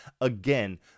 Again